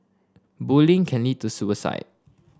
bullying can lead to suicide